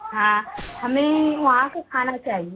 हाँ हमें वहाँ का खाना चाहिये